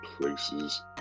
places